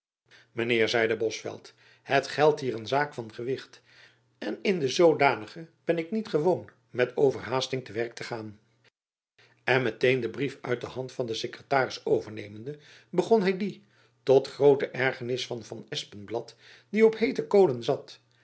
mijn heer zeide bosveldt het geldt hier een zaak van gewicht en in de zoodanige ben ik niet gewoon met overhaasting te werk te gaan en met-een den brief uit de hand van den sekretaris overnemende begon hy dien tot groote ergernis van van espenblad die op heete kolen zat